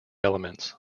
elements